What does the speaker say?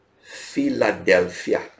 Philadelphia